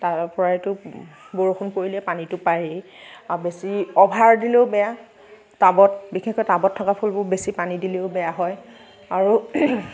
তাৰ পৰাইতো বৰষুণ পৰিলে পানীতো পায়েই আৰু বেছি অ'ভাৰ দিলেও বেয়া টাবত বিশেষকৈ টাবত থকা ফুলবোৰক বেছি পানী দিলেও বেয়া হয় আৰু